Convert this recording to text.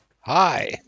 Hi